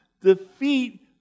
defeat